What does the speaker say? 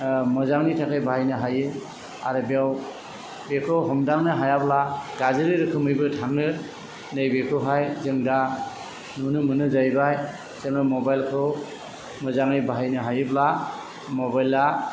मोजांनि थाखाय बाहायनो हायो आरो बेयाव बेखौ हमदांनो हायाब्ला गाज्रि रोखोमैबो थाङो नैबेखौहाय जों दा नुनो मोनो जाहैबाय जेन' मबाइल खौ मोजाङै बाहायनो हायोब्ला मबाइल आ